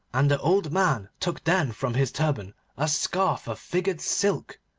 and the old man took then from his turban a scarf of figured silk,